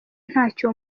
ntacyo